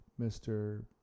Mr